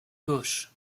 gauche